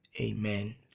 Amen